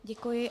Děkuji.